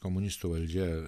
komunistų valdžia